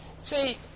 See